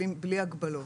בלי הגבלות.